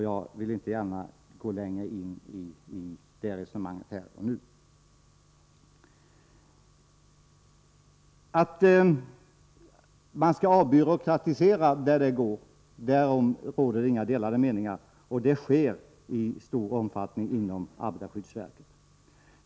Jag vill inte gärna gå längre in i det resonemanget här och nu. Att man skall avbyråkratisera där det går, därom råder inga delade meningar, och det sker i stor omfattning inom arbetarskyddsverket.